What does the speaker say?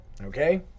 okay